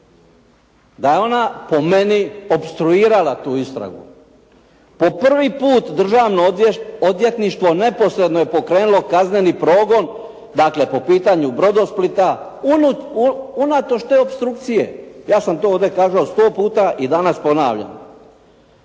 da je ona po meni opstruirala tu istragu. Po prvi put državno odvjetništvo neposredno je pokrenulo kazneni progon, dakle, po pitanju Brodosplita, unatoč te opstrukcije, ja sam to ovdje kazao sto puta i danas ponavljam.